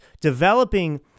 developing